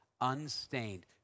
unstained